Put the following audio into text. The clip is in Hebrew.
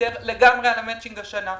ו-וויתר לגמרי על המאצ'ינג השנה.